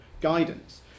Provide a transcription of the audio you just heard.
guidance